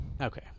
Okay